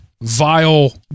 vile